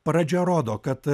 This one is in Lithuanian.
pradžia rodo kad